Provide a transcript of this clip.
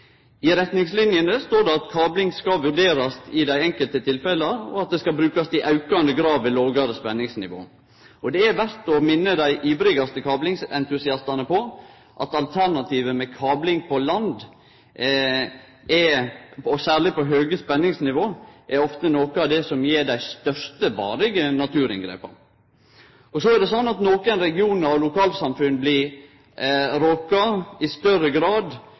I retningslinjene står det at kabling skal vurderast i dei enkelte tilfella, og at det skal brukast i aukande grad ved lågare spenningsnivå. Det er verdt å minne dei ivrigaste kablingsentusiastane på at alternativet med kabling på land, og særleg ved høge spenningsnivå, ofte er noko av det som gjev dei største varige naturinngrepa. Nokre regionar og lokalsamfunn blir råka i større grad